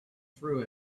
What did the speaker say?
through